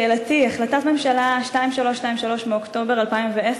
שאלתי: החלטת הממשלה 2323 מאוקטובר 2010